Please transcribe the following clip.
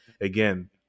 again